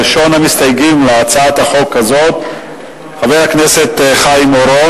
ראשון המסתייגים להצעת החוק הזאת הוא חיים אורון,